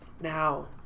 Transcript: now